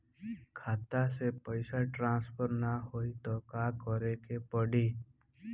खाता से पैसा ट्रासर्फर न होई त का करे के पड़ी?